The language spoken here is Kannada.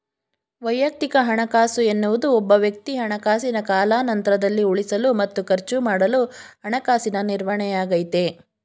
ವೈಯಕ್ತಿಕ ಹಣಕಾಸು ಎನ್ನುವುದು ಒಬ್ಬವ್ಯಕ್ತಿ ಹಣಕಾಸಿನ ಕಾಲಾನಂತ್ರದಲ್ಲಿ ಉಳಿಸಲು ಮತ್ತು ಖರ್ಚುಮಾಡಲು ಹಣಕಾಸಿನ ನಿರ್ವಹಣೆಯಾಗೈತೆ